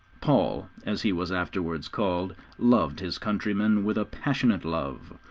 paul, as he was afterwards called, loved his countrymen with a passionate love.